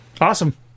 Awesome